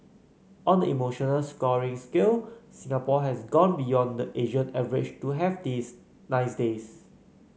on the emotional scoring scale Singapore has gone beyond the Asian average to have these nice days